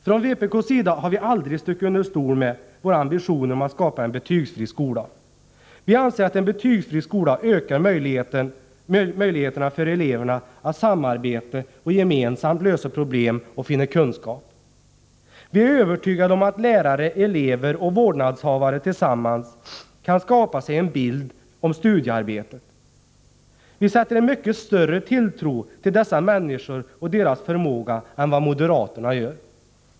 Från vpk:s sida har vi aldrig stuckit under stol med våra ambitioner att skapa en betygsfri skola. Vi anser att en betygsfri skola ökar möjligheterna för eleverna att samarbeta och att gemensamt lösa problem och finna kunskap. Vi är övertygade om att lärare, elever och vårdnadshavare tillsammans kan skapa sig en bild av studiearbetet. Vi sätter en mycket större tilltro till dessa människor och deras förmåga än vad moderaterna gör.